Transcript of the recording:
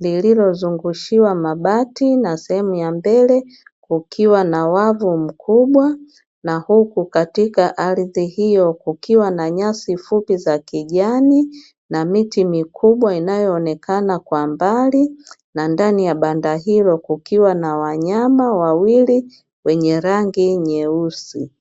lililozungushiwa mabati, na sehemu ya mbele kukiwa na wavu mkubwa na huku katika ardhi hiyo kukiwa na nyasi fupi za kijani na miti mikubwa inayoonekana kwa mbali, na ndani ya banda hilo kukiwa na wanyama wawili wenye rangi nyeusi.